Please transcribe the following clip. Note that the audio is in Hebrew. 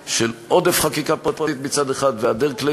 של עודף חקיקה פרטית מצד אחד והיעדר כלי